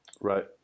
Right